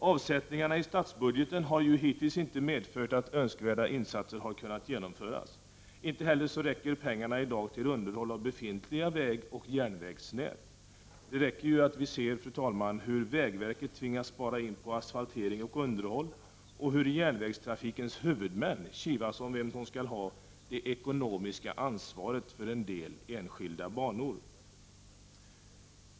Avsättningarna i statsbudgeten har ju hittills inte medfört att önskvärda insatser har kunnat genomföras. Inte heller räcker pengarna i dag till underhåll av befintliga vägoch järnvägsnät. Det räcker ju, fru talman, att se på hur vägverket tvingas spara in på asfaltering och underhåll och på hur järnvägstrafikens huvudmän kivas om vem som skall ha det ekonomiska ansvaret för en del enskilda banor.